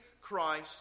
Christ